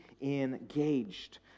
engaged